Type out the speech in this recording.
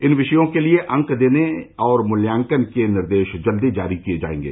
इन विषयों के लिए अंक देने और मूल्याकन के निर्देश जल्दी जारी किये जायेंगे